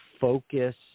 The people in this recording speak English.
focus